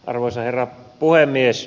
arvoisa herra puhemies